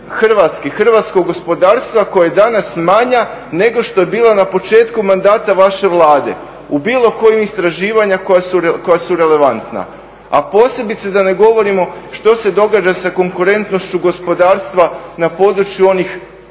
Hrvatske i hrvatskog gospodarstva koje danas manja nego što je bila na početku mandata vaše Vlade u bilo koja istraživanja koja su relevantna, a posebice da ne govorimo što se događa sa konkurentnošću gospodarstva na području onih